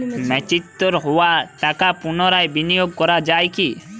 Mature হওয়া টাকা পুনরায় বিনিয়োগ করা য়ায় কি?